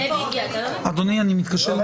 שקט,